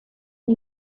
the